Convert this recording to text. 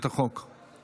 את דברו